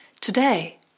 Today